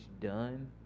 done